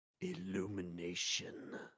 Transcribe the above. illumination